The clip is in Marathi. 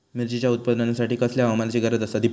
मिरचीच्या उत्पादनासाठी कसल्या हवामानाची गरज आसता?